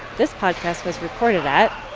this podcast was recorded at.